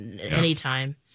Anytime